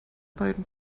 beiden